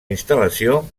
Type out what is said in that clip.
instal·lació